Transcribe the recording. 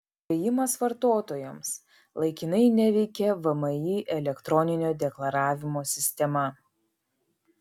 įspėjimas vartotojams laikinai neveikia vmi elektroninio deklaravimo sistema